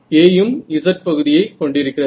A ம் z பகுதியை கொண்டிருக்கிறது